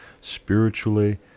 spiritually